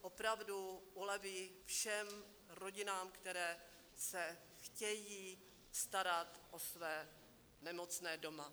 Opravdu uleví všem rodinám, které se chtějí starat o své nemocné doma.